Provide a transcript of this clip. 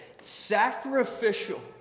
Sacrificial